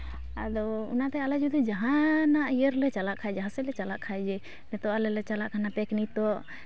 ᱟᱫᱚ ᱚᱱᱟᱛᱮ ᱟᱞᱮ ᱡᱩᱫᱤ ᱡᱟᱦᱟᱸᱱᱟᱜ ᱤᱭᱟᱹ ᱨᱮᱞᱮ ᱪᱟᱞᱟᱜ ᱠᱷᱟᱡ ᱡᱟᱦᱟᱸ ᱥᱮᱡ ᱪᱟᱞᱟᱜ ᱠᱷᱟᱡ ᱡᱮ ᱱᱤᱛᱳᱜ ᱟᱞᱮ ᱞᱮ ᱪᱟᱞᱟᱜ ᱠᱟᱱᱟ ᱯᱤᱠᱱᱤᱠ ᱛᱚ